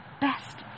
best